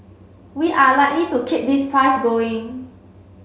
we are likely to keep this price going